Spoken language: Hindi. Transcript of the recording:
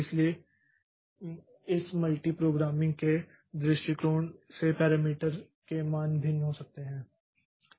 इसलिए इस मल्टीप्रोग्रामिंग के दृष्टिकोण से पैरामीटर के मान भिन्न हो सकते हैं